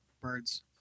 Birds